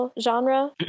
Genre